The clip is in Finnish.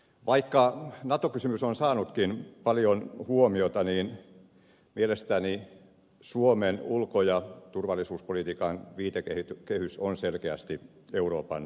vaikka nato kysymys on saanutkin paljon huomiota niin mielestäni suomen ulko ja turvallisuuspolitiikan viitekehys on selkeästi euroopan unioni